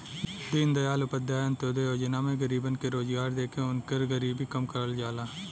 दीनदयाल उपाध्याय अंत्योदय योजना में गरीबन के रोजगार देके उनकर गरीबी कम करल जाला